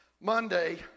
Monday